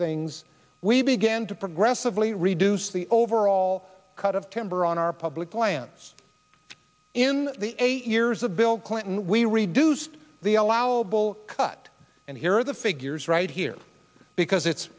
things we began to progressive really reduce the overall cut of timber on our public lands in the eight years of bill clinton we reduced the allowable cut and here are the figures right here because it's